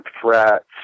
threats